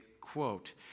Quote